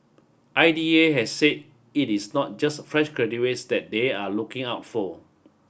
I D A had said it is not just fresh graduates that they are looking out for